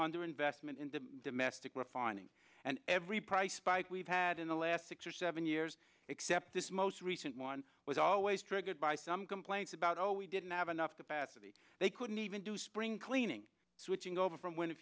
under investment in the domestic refining and every price spike we've had in the last six or seven years except this most recent one was always triggered by some complaints about oh we didn't have enough capacity they couldn't even do spring cleaning switching over from w